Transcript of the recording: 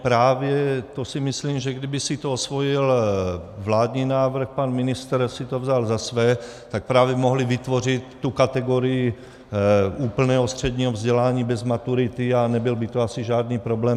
Právě to si myslím, že kdyby si to osvojil vládní návrh, pan ministr si to vzal za své, tak právě mohli vytvořit tu kategorii úplného středního vzdělání bez maturity a nebyl by to asi žádný problém.